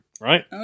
Right